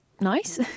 nice